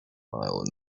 mile